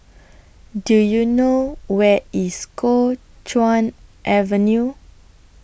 Do YOU know Where IS Kuo Chuan Avenue